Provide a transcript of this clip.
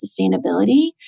sustainability